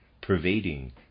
pervading